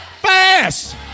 fast